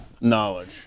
knowledge